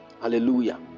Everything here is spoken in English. Hallelujah